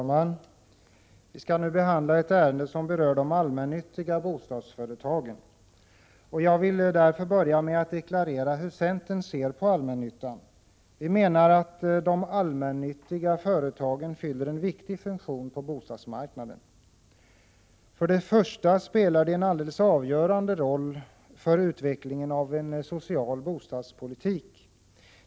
Herr talman! Vi skall nu behandla ett ärende som berör de allmännyttiga bostadsföretagen. Jag vill därför börja med att deklarera hur centern ser på allmännyttan. Vi menar att de allmännyttiga företagen fyller en viktig funktion på bostadsmarknaden. För det första spelar de en helt avgörande roll för utvecklingen av en social bostadspolitik.